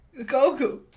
Goku